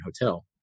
hotel